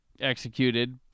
executed